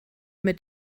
mit